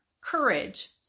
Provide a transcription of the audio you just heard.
courage